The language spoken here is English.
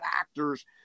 actors